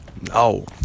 No